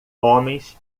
homens